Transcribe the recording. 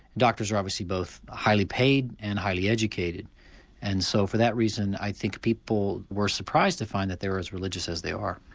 doctors are obviously both highly paid and highly educated and so for that reason i think people were surprised to find that they are as religious as they are.